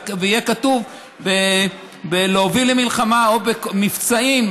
ויהיה כתוב: בלהוביל למלחמה או במבצעים